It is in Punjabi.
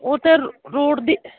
ਉਹ ਤਾਂ ਰੋ ਰੋਡ ਦੀ